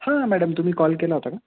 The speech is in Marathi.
हां मॅडम तुम्ही कॉल केला होता का